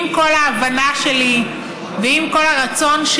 עם כל ההבנה שלי ועם כל הרצון,